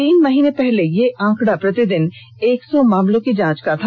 तीन महीने पहले यह आंकडा प्रतिदिन एक सौ मामलों की जांच का था